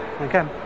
okay